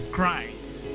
Christ